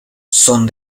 son